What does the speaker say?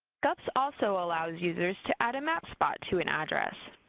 gups also allows users to add a map spot to an address.